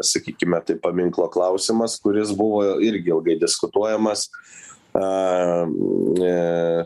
sakykime taip paminklo klausimas kuris buvo irgi ilgai diskutuojamas a